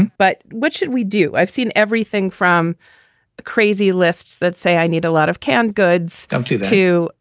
but what should we do? i've seen everything from crazy lists that say i need a lot of can goods come to to,